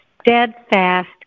steadfast